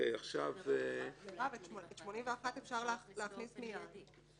את סעיף 81 אפשר להכניס מייד.